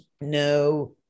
no